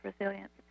resilience